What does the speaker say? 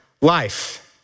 life